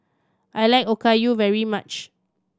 I like Okayu very much